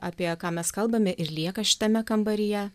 apie ką mes kalbame ir lieka šitame kambaryje